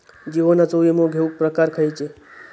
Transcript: जीवनाचो विमो घेऊक प्रकार खैचे?